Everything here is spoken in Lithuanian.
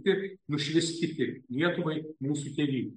ir nušvis kiti lietuvai mūų tėvynei